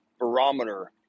barometer